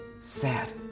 sad